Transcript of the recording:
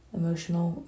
emotional